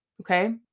Okay